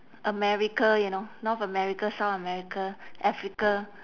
america you know north america south america africa